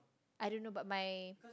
I don't know but my